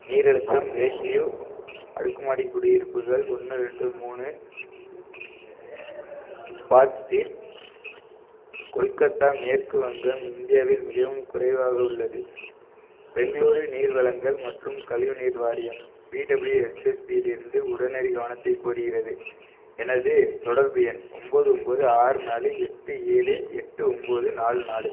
நீர் அழுத்தம் lake view அடுக்குமாடி குடியிருப்புகள் ஒன்று ரெண்டு மூணு பார்க் ஸ்ட்ரீட் கொல்கத்தா மேற்கு வங்கம் இந்தியாவில் மிகவும் குறைவாக உள்ளது பெங்களூரு நீர் வழங்கல் மற்றும் கழிவுநீர் வாரியம் பிடபிள்யூஎஸ்எஸ்பிலிருந்து உடனடி கவனத்தை கோருகிறது எனது தொடர்பு எண் ஒன்போது ஒன்போது ஆறு நாலு எட்டு ஏழு எட்டு ஒன்போது நாலு நாலு